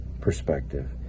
perspective